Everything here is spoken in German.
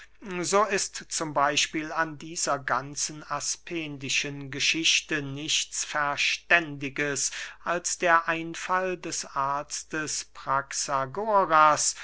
so ist z b an dieser ganzen aspendischen geschichte nichts verständiges als der einfall des arztes